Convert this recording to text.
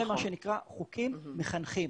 אלו חוקים מחנכים.